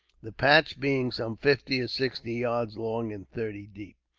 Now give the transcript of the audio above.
the patch being some fifty or sixty yards long and thirty deep.